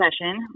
session